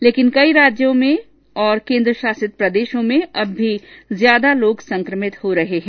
लेकिन कई राज्यों और केन्द्रशासित प्रदेशों में अब भी ज्यादा लोग संक्रमित हो रहे हैं